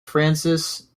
francis